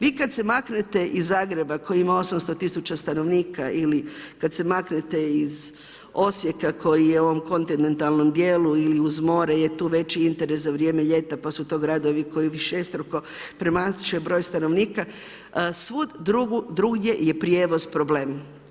Vi kad se maknete iz Zagreba koji ima 800 000 stanovnika ili kad se maknete iz Osijeka koji je u kontinentalnom dijelu ili uz more je tu veći interes za vrijeme ljeta pa su to gradovi koji višestruko premašuje broj stanovnika, svud drugdje je prijevoz problem.